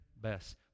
best